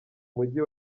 mujyi